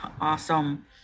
Awesome